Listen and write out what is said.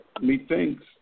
methinks